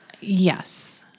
Yes